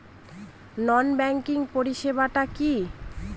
নন banking পরিষেবা টা কি?